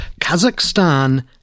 Kazakhstan